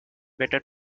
better